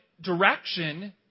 direction